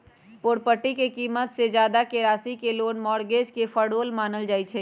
property के कीमत से जादा के राशि के लोन मोर्गज में फरौड मानल जाई छई